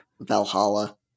Valhalla